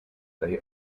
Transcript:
they